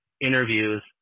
interviews